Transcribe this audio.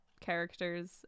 characters